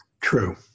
True